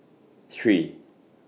three